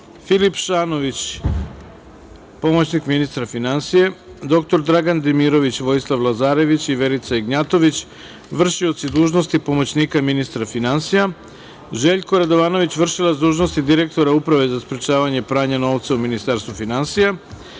Filip Šanović, pomoćnik ministra finansija, dr Dragan Demirović, Vojislav Lazarević i Verica Ignjatović, vršioci dužnosti pomoćnika ministra finansija, Željko Radovanović, vršilac dužnosti direktora Uprave za sprečavanje pranja novca u Ministarstvu finansija,